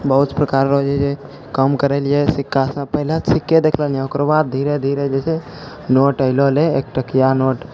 बहुत प्रकार रऽ जे छै कम करेलिए सिक्कासब पहिले तऽ सिक्के देखलिए ओकर बाद धीरे धीरे जे छै नोट अएलो रहै एक टकिआ नोट